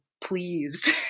pleased